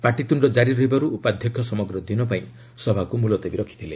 ପାର୍ଟିତୁଣ୍ଡ କାରି ରହିବାରୁ ଉପାଧ୍ୟକ୍ଷ ସମଗ୍ର ଦିନ ପାଇଁ ସଭାକୁ ମୁଲତବୀ ରଖିଥିଲେ